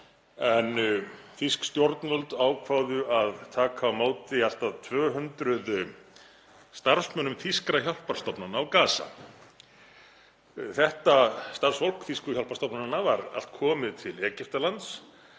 en þýsk stjórnvöld ákváðu að taka á móti allt að 200 starfsmönnum þýskra hjálparstofnana á Gaza. Þetta starfsfólk þýsku hjálparstofnananna var allt komið til Egyptalands